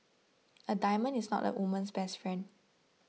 a diamond is not a woman's best friend